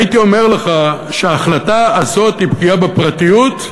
הייתי אומר לך שההחלטה הזאת היא פגיעה בפרטיות,